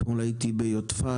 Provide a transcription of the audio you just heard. אתמול הייתי ביודפת,